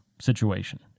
situation